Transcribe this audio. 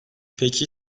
peki